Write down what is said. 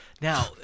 Now-